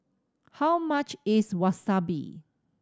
how much is Wasabi